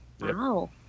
Wow